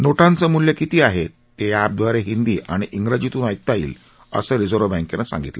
नोटांचं मूल्य किती आहे ते या अॅपद्वारे हिंदी आणि इंग्रजीतून ऐकता येईल असं रिझर्व बँकेनं सांगितलं